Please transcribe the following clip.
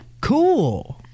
cool